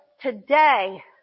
today